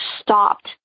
stopped